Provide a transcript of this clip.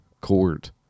court